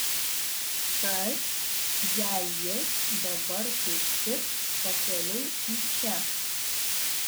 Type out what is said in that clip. kas jei jis dabar kaip tik pakeliui į čia